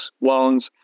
loans